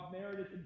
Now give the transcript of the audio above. Meredith